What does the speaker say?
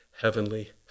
heavenly